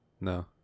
no